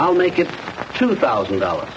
i'll make it two thousand dollars